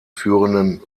führenden